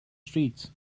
streets